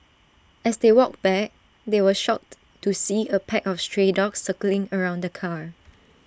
as they walked back they were shocked to see A pack of stray dogs circling around the car